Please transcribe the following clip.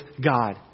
God